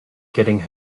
getting